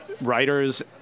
writers